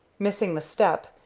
missing the step,